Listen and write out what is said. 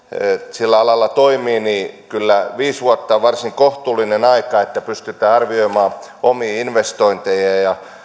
sillä alalla toimivat niin kyllä viisi vuotta on varsin kohtuullinen aika sille että pystytään arvioimaan omia investointeja ja